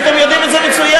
הרי אתם יודעים את זה מצוין.